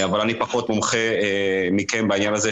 אבל אני פחות מומחה בעניין הזה.